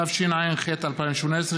התשע"ח 2018,